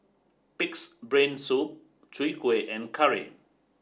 Pig's Brain Soup Chwee Kueh and Curry